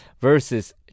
versus